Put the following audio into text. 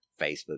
Facebook